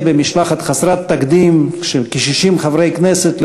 במשלחת חסרת תקדים של כ-60 מחברי הכנסת,